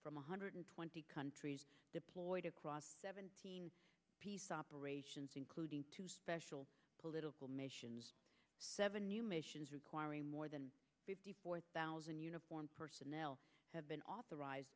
from one hundred twenty countries deployed across seventeen piece operations including two special political missions seven new missions requiring more than four thousand uniformed personnel have been authorized